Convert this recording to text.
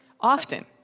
Often